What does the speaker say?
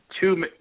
two